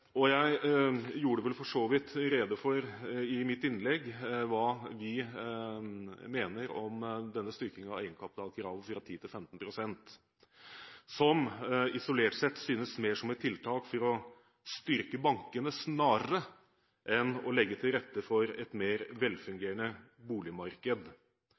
ser. Jeg gjorde vel for så vidt rede for, i mitt innlegg, hva vi mener om denne styrkingen av egenkapitalkravet fra 10 pst. til 15 pst., som isolert sett synes mer som et tiltak for å styrke bankene, snarere enn å legge til rette for et mer velfungerende boligmarked.